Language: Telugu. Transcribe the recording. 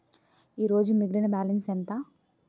ఈరోజు మిగిలిన బ్యాలెన్స్ ఎంత?